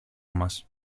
μας